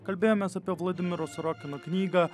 kalbėjomės apie vladimiro sorokino knygą